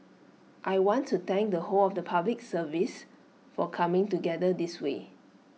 I want to thank the whole of the Public Service for coming together this way